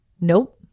Nope